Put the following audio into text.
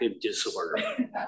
disorder